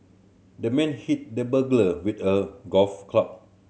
the man hit the burglar with a golf club